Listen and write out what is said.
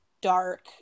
dark